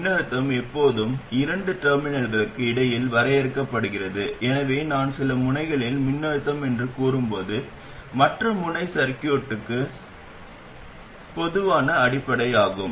மின்னழுத்தம் எப்போதும் இரண்டு டெர்மினல்களுக்கு இடையில் வரையறுக்கப்படுகிறது எனவே நான் சில முனைகளில் மின்னழுத்தம் என்று கூறும்போது மற்ற முனை சர்கியூட்க்கு பொதுவான அடிப்படையாகும்